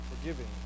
forgiving